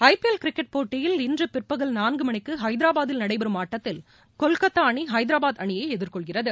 ஐ P L cricket போட்டியில் இன்று பிற்பகல் நான்கு மணிக்கு ஹைதராபாதில் நடைபெறும் ஆட்டத்தில் கொல்கத்தா அணி ஹைதராபாத் அணியை எதிர்கொள்கிறது